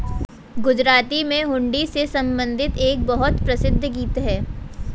गुजराती में हुंडी से संबंधित एक बहुत प्रसिद्ध गीत हैं